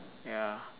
ya